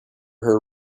her